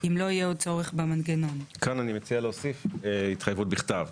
אם לא יהיה עוד צורך במנגנון; כאן אני מציע להוסיף "התחייבות בכתב",